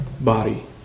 body